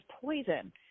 poison